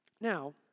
Now